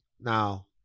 Now